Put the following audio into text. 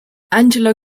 angelo